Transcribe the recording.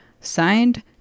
signed